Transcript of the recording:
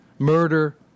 murder